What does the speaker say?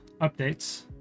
updates